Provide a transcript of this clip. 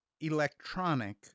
Electronic